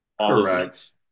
Correct